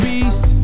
Beast